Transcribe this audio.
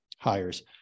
hires